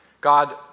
God